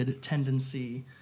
tendency